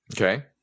Okay